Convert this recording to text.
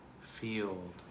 field